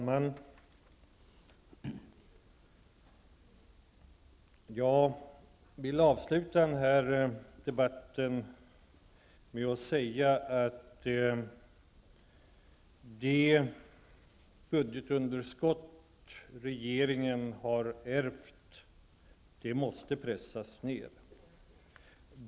Herr talman! Jag vill avsluta debatten med att säga att det budgetunderskott som regeringen har ärvt måste pressas ned.